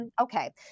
Okay